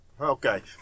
Okay